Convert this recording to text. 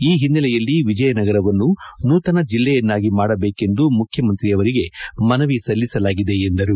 ಈ ಹಿನ್ನೆಲೆಯಲ್ಲಿ ವಿಜಯನಗರವನ್ನು ನೂತನ ಜಿಲ್ಲೆಯನ್ನಾಗಿ ಮಾಡಬೇಕೆಂದು ಮುಖ್ಯಮಂತ್ರಿಗೆ ಮನವಿ ಸಲ್ಲಿಸಲಾಗಿದೆ ಎಂದರು